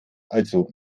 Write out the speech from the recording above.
also